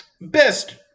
best